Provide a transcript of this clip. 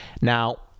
now